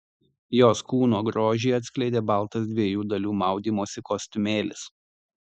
jos kūno grožį atskleidė baltas dviejų dalių maudymosi kostiumėlis